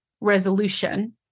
resolution